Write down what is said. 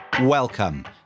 Welcome